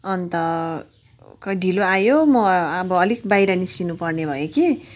अन्त खोइ ढिलो आयो म अब अलिक बाहिर निस्किनुपर्ने भयो कि